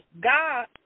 God